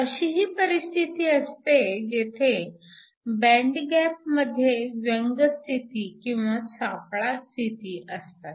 अशीही परिस्थिती असते जेथे बँड गॅपमध्ये व्यंग स्थिती किंवा सापळा स्थिती असतात